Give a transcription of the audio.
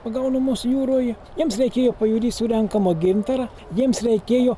pagaunamos jūroje jiems reikėjo pajūry surenkamo gintara jiems reikėjo